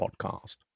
Podcast